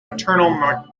maternal